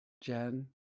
Jen